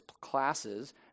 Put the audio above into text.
classes